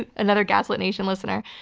ah another gaslit nation listener.